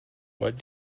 what